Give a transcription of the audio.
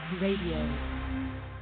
Radio